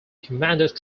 commanded